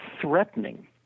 threatening